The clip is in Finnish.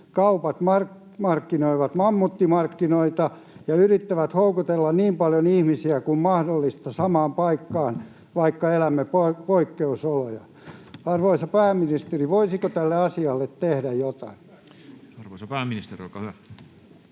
kaupat markkinoivat mammuttimarkkinoita ja yrittävät houkutella niin paljon ihmisiä kuin mahdollista samaan paikkaan, vaikka elämme poikkeusoloja? Arvoisa pääministeri, voisiko tälle asialle tehdä jotain? [Juha Mäenpää: Hyvä